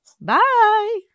Bye